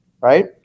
right